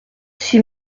six